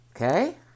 Okay